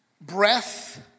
breath